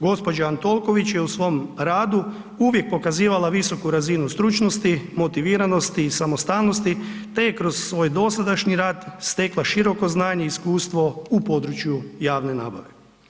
Gđa. Antolković je u svom radu uvijek pokazivala visoku razinu stručnosti, motiviranosti i samostalnosti te je kroz svoj dosadašnji rad stekla široko znanje i iskustvo u području javne nabave.